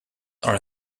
are